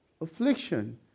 affliction